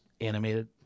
Animated